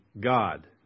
God